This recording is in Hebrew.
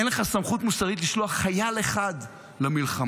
אין לך סמכות מוסרית לשלוח חייל אחד למלחמה.